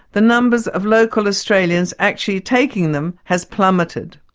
the numbers of local australians actually taking them has plummeted.